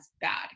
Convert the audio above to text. bad